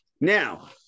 Now